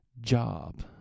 job